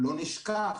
לא נשכח